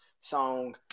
song